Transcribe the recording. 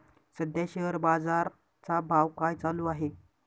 सध्या शेअर बाजारा चा भाव काय चालू आहे?